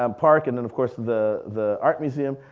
um park and then of course the the art museum,